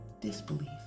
disbelief